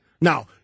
Now